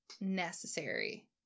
Necessary